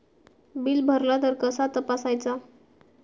Bill भरला तर कसा तपसायचा?